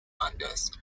anders